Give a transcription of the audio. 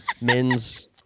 men's